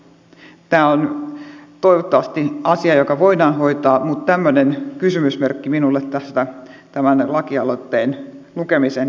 tämä on toivottavasti asia joka voidaan hoitaa mutta tämmöinen kysymysmerkki minulle tästä tämän lakialoitteen lukemisen jälkeen jäi